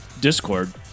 Discord